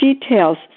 details